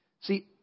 See